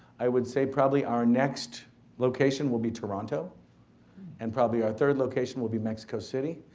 i would say probably our next location will be toronto and probably our third location will be mexico city.